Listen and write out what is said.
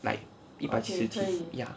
like 一百十几 ya